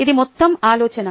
అది మొత్తం ఆలోచన